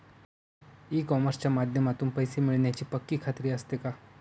E कॉमर्सच्या माध्यमातून पैसे मिळण्याची पक्की खात्री असते का?